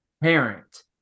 parent